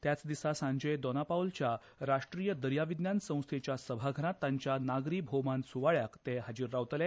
त्याच दिसा सांजे दोनापावलाच्या राश्ट्रीय दर्याविज्ञान संस्थेच्या सभाघरात तांच्या नागरी भौमान सुवाळ्याक ते हाजीर रावतले